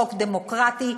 חוק דמוקרטי,